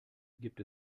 gibt